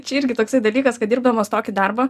čia irgi toksai dalykas kad dirbdamas tokį darbą